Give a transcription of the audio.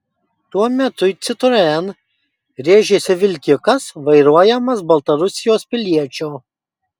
tuo metu į citroen rėžėsi vilkikas vairuojamas baltarusijos piliečio